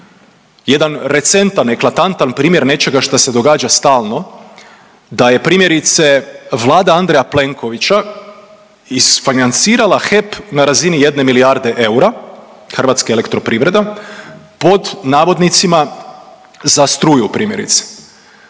jedan recentan, eklatantan primjer nečega što se događa stalno da je primjerice Vlada Andreja Plenkovića isfinancirala HEP na razini jedne milijarde eura, Hrvatska elektroprivreda pod navodnicima za struju primjerice.